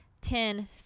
ten